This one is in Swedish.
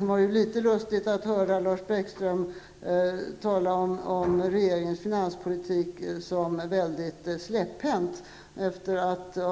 Det var litet lustigt att höra Lars Bäckström tala om regeringens finanspolitik såsom väldigt släpphänt.